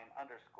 underscore